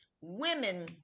women